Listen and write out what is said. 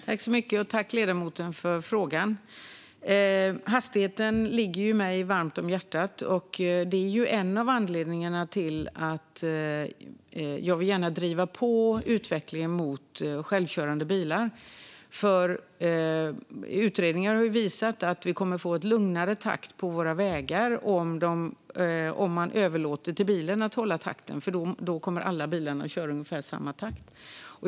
Fru talman! Tack, ledamoten, för frågan! Frågan om hastigheten ligger mig varmt om hjärtat. Det är en av anledningarna till att jag gärna vill driva på utvecklingen mot självkörande bilar. Utredningar har visat att vi kommer att få en lugnare takt på våra vägar om man överlåter till bilen att hålla takten. Då kommer alla bilar att köra i ungefär samma takt.